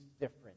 different